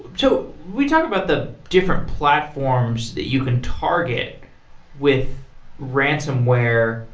so we talked about the different platforms that you can target with ransomware.